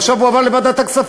עכשיו הוא עבר לוועדת הכספים,